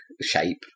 shape